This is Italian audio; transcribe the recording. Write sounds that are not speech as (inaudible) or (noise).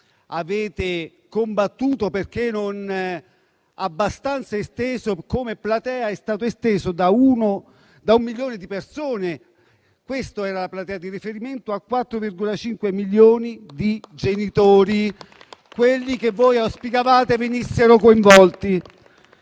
avete combattuto perché non abbastanza esteso come platea, è stato esteso da un milione di persone (questa era la platea di riferimento) a 4,5 milioni di genitori, (applause) quelli che voi auspicavate venissero coinvolti.